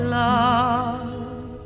love